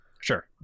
Sure